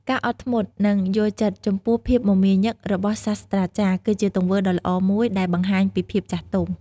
ការអត់ធ្មត់ និងយល់ចិត្ត ចំពោះភាពមមាញឹករបស់សាស្រ្តាចារ្យ គឺជាទង្វើដ៏ល្អមួយដែលបង្ហាញពីភាពចាស់ទុំ។